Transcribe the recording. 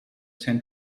tend